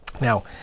Now